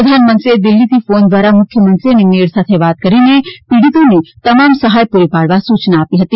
પ્રધાનમંત્રીએ દિલ્હીથી ફોન દ્વારા મુખ્યમંત્રી અને મેયર સાથે વાત કરીને પીડિતોને તમામ સહાય પૂરી પાડવા સૂચના આપી હતી